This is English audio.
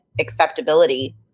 acceptability